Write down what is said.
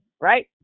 Right